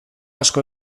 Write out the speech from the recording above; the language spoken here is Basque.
asko